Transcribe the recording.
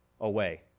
away